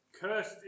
Cursed